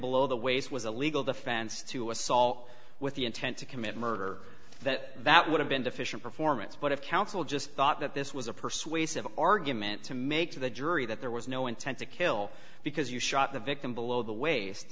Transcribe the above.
below the waist was a legal defense to assault with the intent to commit murder that that would have been deficient performance but if counsel just thought that this was a persuasive argument to make to the jury that there was no intent to kill because you shot the victim below the wa